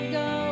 go